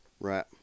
Right